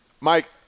Mike